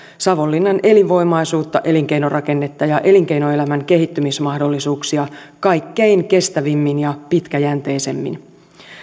savonlinnan elinvoimaisuutta elinkeinorakennetta ja elinkeinoelämän kehittymismahdollisuuksia kaikkein kestävimmin ja pitkäjänteisimmin